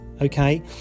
Okay